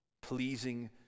pleasing